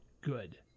good